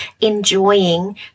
enjoying